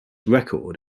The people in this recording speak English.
record